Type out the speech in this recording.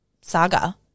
saga